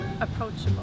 approachable